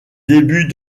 début